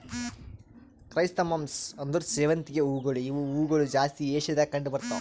chrysanthemums ಅಂದುರ್ ಸೇವಂತಿಗೆ ಹೂವುಗೊಳ್ ಇವು ಹೂಗೊಳ್ ಜಾಸ್ತಿ ಏಷ್ಯಾದಾಗ್ ಕಂಡ್ ಬರ್ತಾವ್